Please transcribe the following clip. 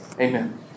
Amen